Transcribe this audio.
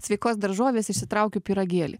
sveikos daržovės išsitraukiu pyragėlį